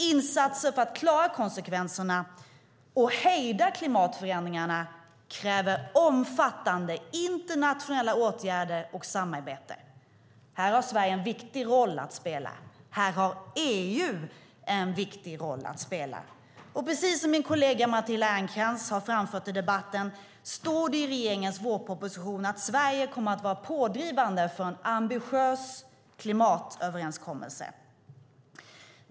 Insatser för att klara konsekvenserna och hejda klimatförändringarna kräver omfattande internationella åtgärder och samarbete. Här har Sverige en viktig roll att spela. Här har EU en viktig roll att spela. Precis som min kollega Matilda Ernkrans har framfört i debatten står det i regeringens vårproposition att Sverige kommer att vara pådrivande för en ambitiös klimatöverenskommelse.